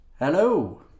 Hello